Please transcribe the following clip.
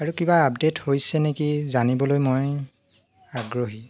আৰু কিবা আপডেট হৈছে নেকি জানিবলৈ মই আগ্ৰহী